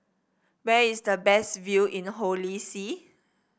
where is the best view in Holy See